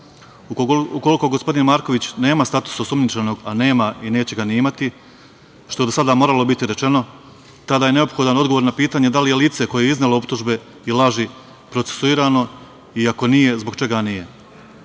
koliko gospodin Marković nema status osumnjičenog, a nema i neće ga ni imati, što je do sada moralo biti rečeno, tada je neophodan odgovor na pitanje da li je lice koje je iznelo optužbe i laži procesujirano i ako nije, zbog čega